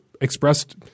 expressed